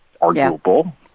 Arguable